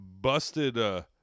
Busted